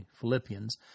Philippians